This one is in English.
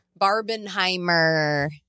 Barbenheimer